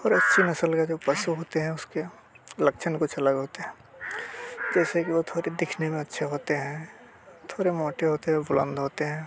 और अच्छी नस्ल के जो पशु होते हैं उसके लक्षण कुछ अलग होते हैं जैसे कि वो थोड़ी दिखने में अच्छे होते हैं थोड़े मोटे होते हैं बुलंद होते हैं